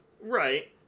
Right